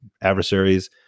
adversaries